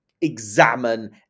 examine